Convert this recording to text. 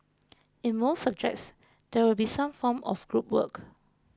in most subjects there will be some form of group work